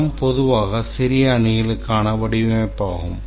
scrum பொதுவாக சிறிய அணிகளுக்கான வடிவமைப்பாகும்